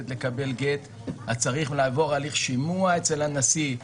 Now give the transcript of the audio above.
לקבל גט צריך לעבור הליך שימוע אצל הנשיא.